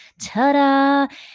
ta-da